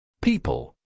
People